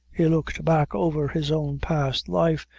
he looked back over his own past life,